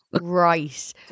Right